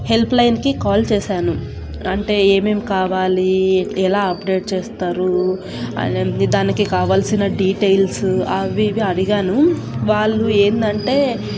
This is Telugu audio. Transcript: హెల్ప్ లైన్కి కాల్ చేసాను అంటే ఏమేం కావాలి ఎలా అప్డేట్ చేస్తారు అ దానికి కావాల్సిన డీటెయిల్స్ అవి ఇవి అడిగాను వాళ్ళు ఏంటి అంటే